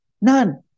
none